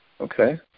Okay